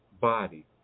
body